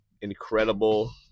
incredible